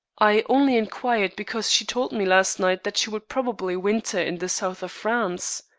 i only inquired because she told me last night that she would probably winter in the south of france.